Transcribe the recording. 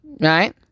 Right